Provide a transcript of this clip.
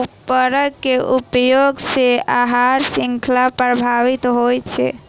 उर्वरक के उपयोग सॅ आहार शृंखला प्रभावित होइत छै